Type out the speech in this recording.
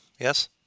yes